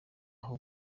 aho